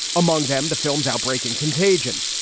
among them, the film's outbreak and contagion.